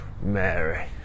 Mary